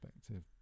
perspective